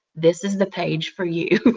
this is the page for you.